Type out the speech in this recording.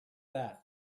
that